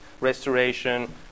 restoration